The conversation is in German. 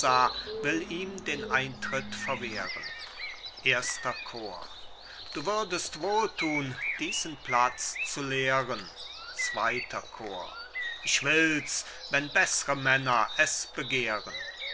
will ihm den eintritt verwehren erster chor cajetan du würdest wohl thun diesen platz zu leeren zweiter chor bohemund ich will's wenn beßre männer es begehren